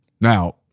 Now